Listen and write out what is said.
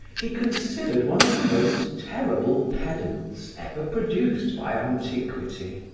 he considered one of the most terrible pedants ever produced by antiquity.